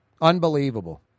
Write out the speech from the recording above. Unbelievable